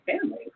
family